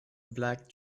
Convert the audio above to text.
black